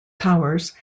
powers